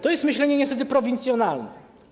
To jest myślenie niestety prowincjonalne.